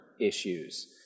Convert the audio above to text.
issues